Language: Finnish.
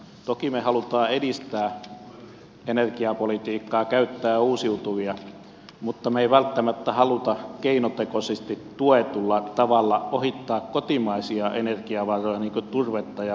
toki me haluamme edistää energiapolitiikkaa ja käyttää uusiutuvia mutta me emme välttämättä halua keinotekoisesti tuetulla tavalla ohittaa kotimaisia energiavaroja niin kuin turvetta ja muuta